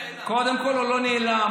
קודם כול, הוא לא נעלם.